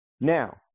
Now